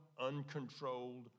uncontrolled